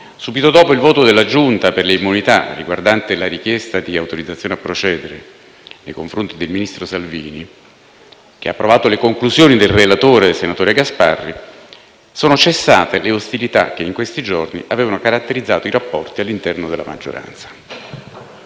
Subito dopo il voto della Giunta delle elezioni e delle immunità parlamentari, riguardante la richiesta di autorizzazione a procedere nei confronti del ministro Salvini, che ha approvato le conclusioni del relatore, senatore Gasparri, sono cessate le ostilità che in questi giorni avevano caratterizzato i rapporti all'interno della maggioranza.